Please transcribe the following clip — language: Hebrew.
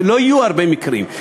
לא מסתבר שיהיו הרבה מקרים,